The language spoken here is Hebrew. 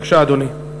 בבקשה, אדוני.